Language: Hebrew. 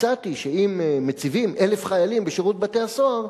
הצעתי שאם מציבים 1,000 חיילים בשירות בתי-הסוהר,